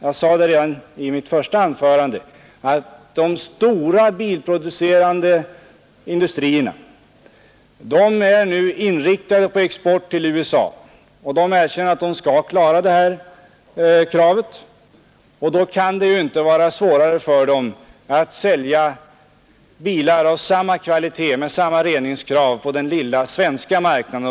Jag sade redan i mitt första anförande att de stora bilindustrierna är inriktade på export till USA och att de kan klara de där uppställda kraven. Då kan det ju inte vara svårare för dem att sälja bilar av samma kvalitet och med samma reningsanordning på den svenska marknaden.